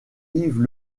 yves